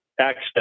access